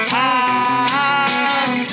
time